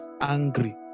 angry